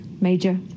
Major